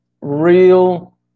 real –